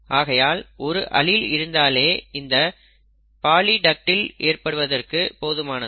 ஆகையால் ஒரு அலீல் இருந்தாலே இந்த பாலிடக்டில் ஏற்படுவதற்கு போதுமானது